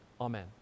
amen